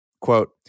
quote